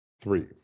Three